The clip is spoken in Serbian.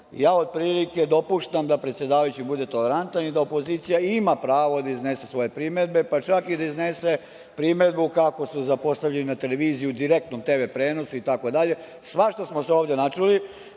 Otprilike, ja dopuštam da predsedavajući bude tolerantan i da opozicija ima pravo da iznese svoje primedbe, pa čak i da iznese primedbu kako su zapostavljeni na televiziji, u direktnom tv prenosu, itd, itd. Svašta smo se ovde